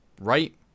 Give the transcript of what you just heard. right